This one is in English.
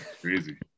Crazy